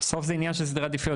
בסוף זה עניין של סדרי עדיפויות,